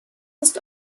ist